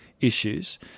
issues